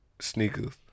sneakers